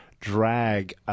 drag